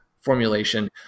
formulation